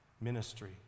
ministry